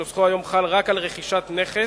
שנוסחו היום חל רק על רכישת נכס,